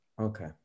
Okay